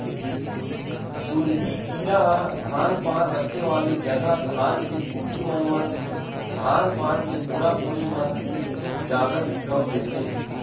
सुरही कीरा ह धान पान रखे वाले जगा धान के कोठी मन म धान पान के बोरा बोरी मन तीर जादा दिखउल देथे